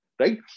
right